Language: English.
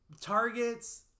targets